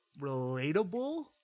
relatable